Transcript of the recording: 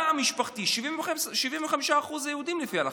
בתא המשפחתי, 75% זה יהודים לפי ההלכה.